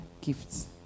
gifts